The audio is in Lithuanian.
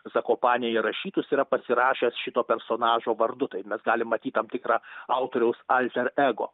zakopanėje rašytus yra pasirašęs šito personažo vardu tai mes galim matyt tam tikrą autoriaus alterego